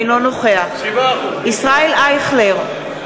אינו נוכח ישראל אייכלר,